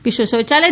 વિશ્વ શૌચાલય